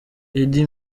eddy